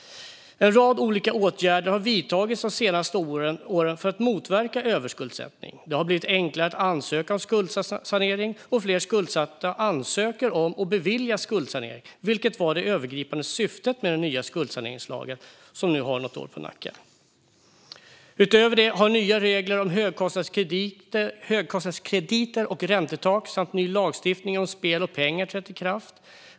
En rad olika åtgärder har de senaste åren vidtagits för att motverka överskuldsättning. Det har blivit enklare att ansöka om skuldsanering, och fler skuldsatta ansöker om och beviljas skuldsanering. Det var också det övergripande syftet med den nya skuldsaneringslagen som nu har något år på nacken. Utöver det har nya regler om högkostnadskrediter, räntetak samt en ny lagstiftning om spel om pengar trätt i kraft.